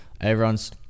Everyone's